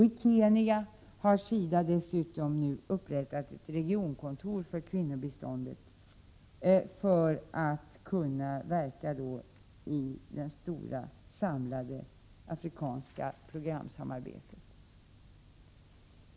I Kenya har SIDA dessutom nu upprättat ett regionkontor för kvinnobiståndet för att kunna verka i det stora, samlade afrikanska programsamarbetet.